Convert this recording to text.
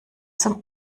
zum